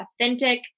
authentic